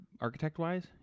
architect-wise